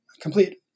complete